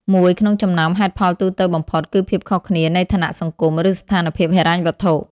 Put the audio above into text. មួយក្នុងចំណោមហេតុផលទូទៅបំផុតគឺភាពខុសគ្នានៃឋានៈសង្គម ឬស្ថានភាពហិរញ្ញវត្ថុ។